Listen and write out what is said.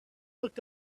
looked